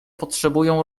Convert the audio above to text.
potrzebują